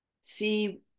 see